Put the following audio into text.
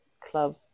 club